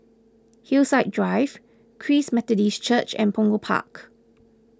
Hillside Drive Christ Methodist Church and Punggol Park